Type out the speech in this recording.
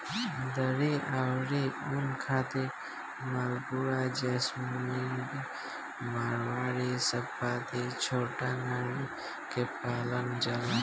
दरी अउरी ऊन खातिर मालपुरा, जैसलमेरी, मारवाड़ी, शाबाबाद, छोटानगरी के पालल जाला